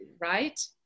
right